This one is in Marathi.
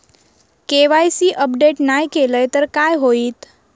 के.वाय.सी अपडेट नाय केलय तर काय होईत?